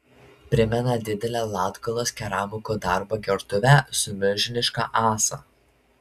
primena didelę latgalos keramikų darbo gertuvę su milžiniška ąsa